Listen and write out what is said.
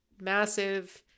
massive